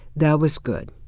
that was good.